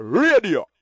radio